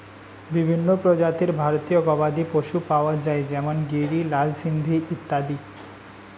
বিভিন্ন প্রজাতির ভারতীয় গবাদি পশু পাওয়া যায় যেমন গিরি, লাল সিন্ধি ইত্যাদি